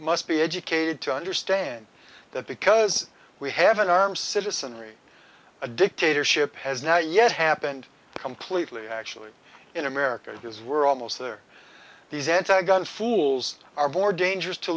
must be educated to understand that because we have an armed citizenry a dictatorship has now yet happened completely actually in america because we're almost there these anti gun fools are more dangerous to